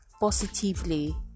positively